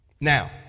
Now